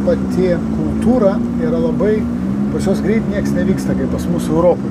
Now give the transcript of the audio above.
pati kultūra yra labai pas juos greit nieks nevyksta kaip pas mus europoj